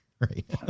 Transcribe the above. right